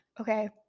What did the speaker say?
okay